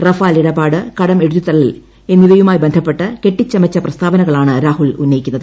Rafale ഇടപാട് കടം എഴുതിത്തള്ളൽ എന്നിവയുമായി ബന്ധപ്പെട്ട് കെട്ടിച്ചമച്ച പ്രസ്താവനകളാണ് രാഹുൽ ഉന്നയിക്കുന്നത്